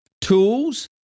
Tools